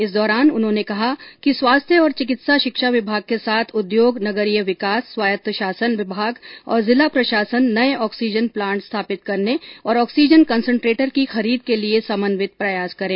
इस दौरान उन्होंने कहा कि स्वास्थ्य और चिकित्सा शिक्षा विभाग के साथ उद्योग नगरीय विकास स्वायत्त शासन विभाग और जिला प्रशासन नये ऑक्सीजन प्लांट स्थापित करने और ऑक्सीजन कॅन्सन्ट्रेटर की खरीद के लिए समन्वित प्रयास करें